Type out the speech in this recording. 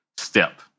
step